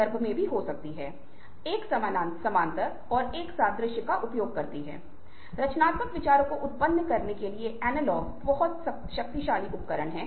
इसलिए यह उस शैली में से एक है जिसकी स्थिति मांग करती है तब हम एक दूसरे से समझौता करके मदद कर सकते हैं और फिर शायद हम आगे बातचीत कर सकते हैं